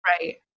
Right